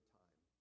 time